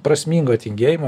prasmingo tingėjimo